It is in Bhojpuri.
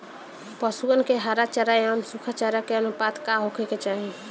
पशुअन के हरा चरा एंव सुखा चारा के अनुपात का होखे के चाही?